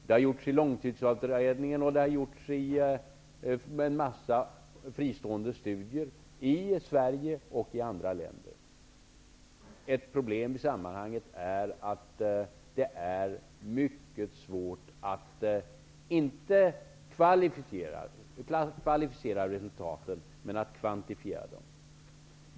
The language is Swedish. Det har gjorts i långtidsutredningen och i en mängd fristående studier i Sverige och i andra länder. Ett problem i sammanhanget är att det är mycket svårt att kvantifiera resultaten, inte att kvalificera dem.